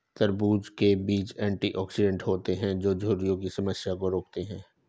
तरबूज़ के बीज एंटीऑक्सीडेंट होते है जो झुर्रियों की समस्या को रोकते है